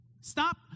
Stop